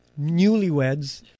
newlyweds